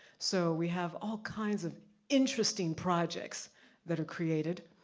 so, we have all kinds of interesting projects that are created,